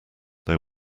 there